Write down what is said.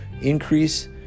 increase